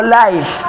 life